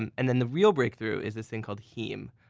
and and then, the real breakthrough is this thing called heme.